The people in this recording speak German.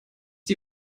die